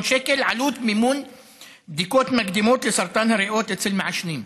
שקל עלות מימון בדיקות מקדימות לסרטן הריאות אצל מעשנים.